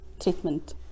treatment